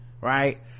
right